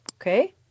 Okay